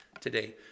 today